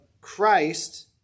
Christ